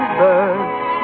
birds